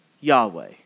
Yahweh